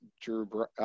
Drew